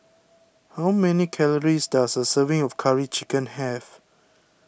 how many calories does a serving of Curry Chicken have